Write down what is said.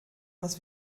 was